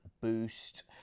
boost